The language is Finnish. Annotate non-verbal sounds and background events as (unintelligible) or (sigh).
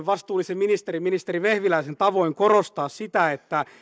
(unintelligible) vastuullisen ministerin ministeri vehviläisen tavoin korostaa sitä että